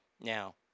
Now